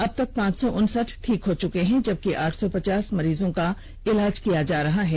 अबतक पांच सौ उनसठ ठीक हो चुके हैं जबकि आठ सौ पचास मरीजों का इलाज किया जा रहा है